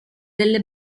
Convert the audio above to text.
delle